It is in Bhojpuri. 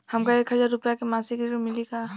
हमका एक हज़ार रूपया के मासिक ऋण मिली का?